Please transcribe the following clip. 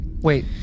Wait